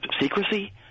secrecy